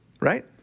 right